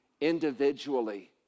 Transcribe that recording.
individually